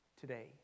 today